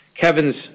Kevin's